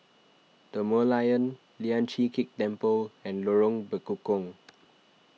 the Merlion Lian Chee Kek Temple and Lorong Bekukong